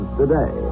today